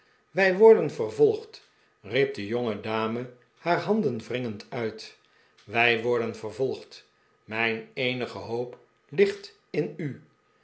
wij worden vervolgd riep de jongedame haar handen wringend uit wij worden vervolgd mijn eenige hoop ligt in u